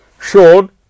Sean